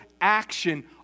action